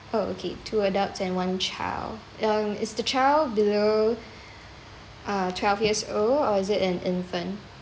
oh okay two adults and one child um is the child below uh twelve years old or is it an infant